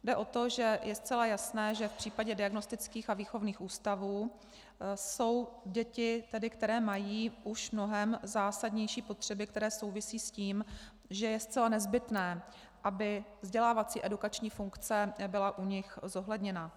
Jde o to, že je zcela jasné, že v případě diagnostických a výchovných ústavů jsou děti, které mají už mnohem zásadnější potřeby, které souvisejí s tím, že je zcela nezbytné, aby vzdělávací edukační funkce byla u nich zohledněna.